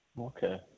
Okay